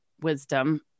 wisdom